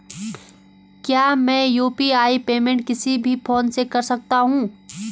क्या मैं UPI payment किसी भी फोन से कर सकता हूँ?